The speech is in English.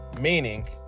meaning